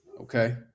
okay